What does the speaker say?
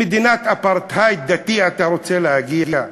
למדינת אפרטהייד דתי אתה רוצה להגיע?